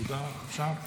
מסודר עכשיו?